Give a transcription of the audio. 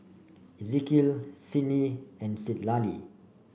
Ezekiel Sydni and Citlali